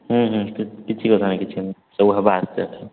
ହୁଁ ହୁଁ କିଛି କଥା ନାହିଁ କିଛି ନାହିଁ ସବୁ ହେବ ଆସ୍ତେ ଆସ୍ତେ